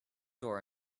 door